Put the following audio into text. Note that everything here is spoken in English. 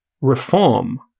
reform